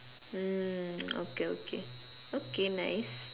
hmm okay okay okay nice